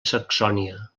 saxònia